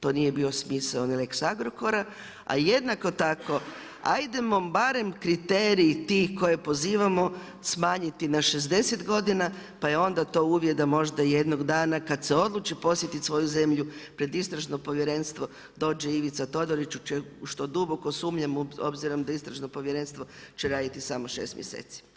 To nije bio smisao ni lex Agrokora, a jednako tako hajdemo barem kriterij tih koje pozivamo smanjiti na 60 godina pa je onda to uvjet da možda jednog dana kad se odluči posjetit svoju zemlju pred Istražno povjerenstvo dođe Ivica Todorić u što duboko sumnjam, obzirom da Istražno povjerenstvo će raditi samo šest mjeseci.